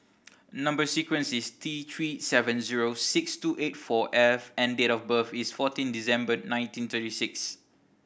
number sequence is T Three seven zero six two eight four F and date of birth is fourteen December nineteen thirty six